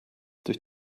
durch